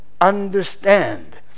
understand